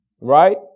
Right